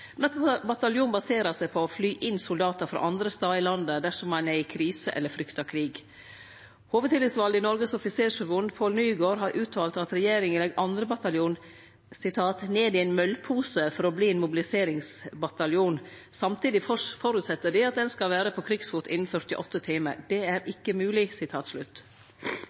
men at bataljonen baserer seg på å fly inn soldatar frå andre stader i landet dersom ein er i krise eller fryktar krig. Hovudtillitsvald i Norges offisersforbund, Pål Nygaard, har uttalt at regjeringa legg 2. bataljon ned i en møllpose for å bli en mobiliseringsbataljon. Samtidig forutsetter de at den skal være på krigsfot innen 48 timer. Det er ikke mulig.»